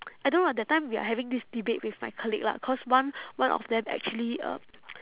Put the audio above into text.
I don't know lah that time we are having this debate with my colleague lah because one one of them actually uh